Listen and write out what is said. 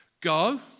Go